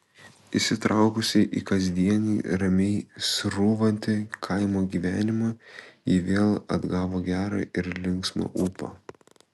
įsitraukusi į kasdienį ramiai srūvantį kaimo gyvenimą ji vėl atgavo gerą ir linksmą ūpą